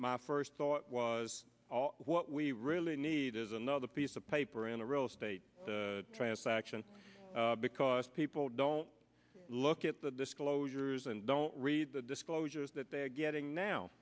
my first thought was what we really need is another piece of paper in a real estate transaction because people don't look at the disclosures and don't read the disclosures that they are getting now